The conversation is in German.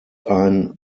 ein